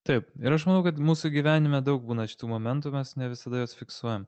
taip ir aš manau kad mūsų gyvenime daug būna šitų momentų mes ne visada juos fiksuojam